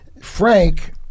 Frank